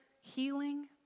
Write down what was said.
healing